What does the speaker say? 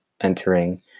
entering